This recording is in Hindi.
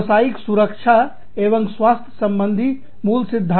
व्यावसायिक सुरक्षा एवं स्वास्थ्य संबंधित मूल सिद्धांत